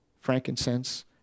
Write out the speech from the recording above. frankincense